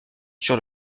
sur